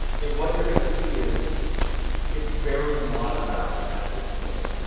and what you're going to see is it's very modernized at this point.